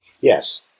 Yes